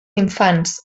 infants